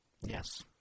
Yes